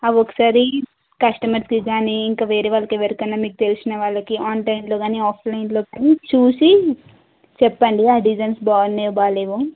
అవి ఒకసారి కస్టమర్స్కి కానీ ఇంకా వేరే వాళ్ళకి ఎవరికైనా మీకు తెలిసినవారికి కానీ ఆన్లైన్లో కానీ ఆఫ్లైన్లో కానీ చూసి చెప్పండి ఆ డిజైన్స్ బాగున్నయో బాలేవో